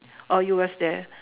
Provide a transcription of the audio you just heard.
oh you was there